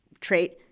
trait